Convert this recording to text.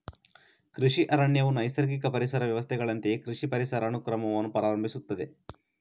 ಕೃಷಿ ಅರಣ್ಯವು ನೈಸರ್ಗಿಕ ಪರಿಸರ ವ್ಯವಸ್ಥೆಗಳಂತೆಯೇ ಕೃಷಿ ಪರಿಸರ ಅನುಕ್ರಮವನ್ನು ಪ್ರಾರಂಭಿಸುತ್ತದೆ